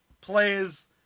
plays